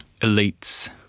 Elites